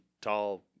tall